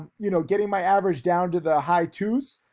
you know, getting my average down to the high twos.